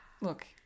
look